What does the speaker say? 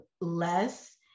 less